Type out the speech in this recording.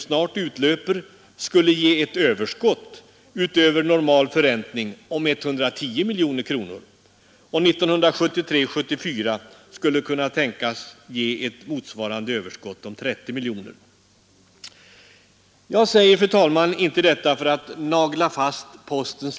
Därför är det ganska naturligt att Byggnadsarbetareförbundet har erfarenheter på detta område och ser vilka bekymmer som kan uppstå när en sådan företagare inte klarar sina uppgifter.